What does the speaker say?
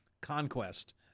conquest